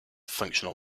functional